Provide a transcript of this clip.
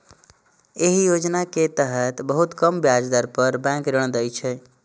एहि योजना के तहत बहुत कम ब्याज दर पर बैंक ऋण दै छै